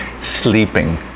sleeping